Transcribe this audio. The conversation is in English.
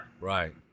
Right